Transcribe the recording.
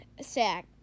sack